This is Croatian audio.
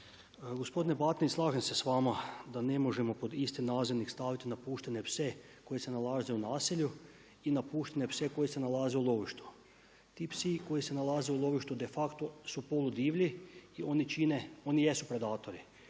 Gospodine Batinić slažem se s vama da ne možemo pod isti nazivnik staviti napuštene pse koji se nalaze u naselju i napuštene pse koji se nalaze u lovištu. Ti psi koji se nalaze u lovištu de facto su poludivlji i oni jesu predatori